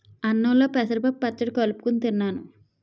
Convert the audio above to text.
అన్నంలో పెసరపప్పు పచ్చడి కలుపుకొని తిన్నాను